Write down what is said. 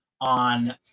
on